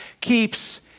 keeps